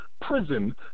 prison